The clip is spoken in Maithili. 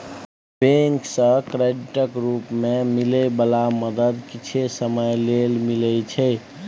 बैंक सँ क्रेडिटक रूप मे मिलै बला मदद किछे समय लेल मिलइ छै